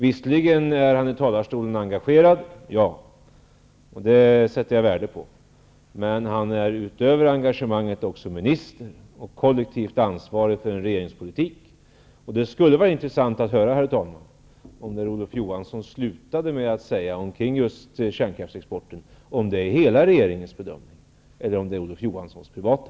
Visserligen är han i talarstolen engagerad -- och det sätter jag värde på -- men han är därutöver också minister och har del i ett kollektivt ansvar för en regeringspolitik. Det skulle vara intressant att höra, herr talman, om det Olof Johansson avslutade med att säga om kärnkraftsexporten är hela regeringens bedömning eller Olof Johanssons privata.